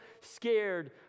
scared